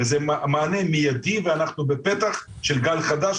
וזה מענה מיידי ואנחנו בפתח של גל חדש,